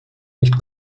nicht